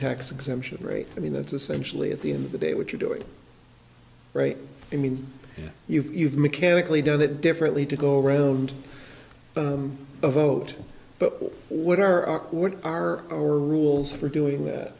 tax exemption rate i mean that's essentially at the end of the day what your doing right i mean you've mechanically done it differently to go around a vote but what are what are our rules for doing that